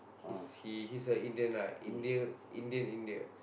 he's he he's a Indian ah Indian India